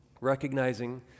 recognizing